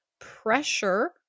pressure